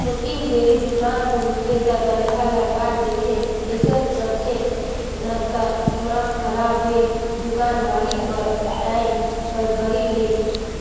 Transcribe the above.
थोकिन देरी दुकान पहुंचबे त तनखा ल काट देथे अइसन करथे न त दिमाक खराब होय दुकान मालिक बर आए कर घरी ले